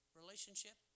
relationship